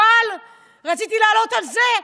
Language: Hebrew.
רציתי לעלות בגלל זה,